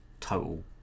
total